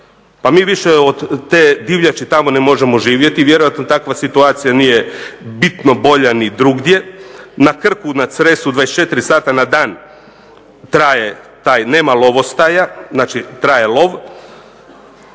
Pa mi više od te divljači tamo ne možemo živjeti. Vjerojatno takva situacija nije bitno bolja ni drugdje. Na Krku, na Cresu 24 sata na dan traje taj, nema lovostaja, znači traje lov.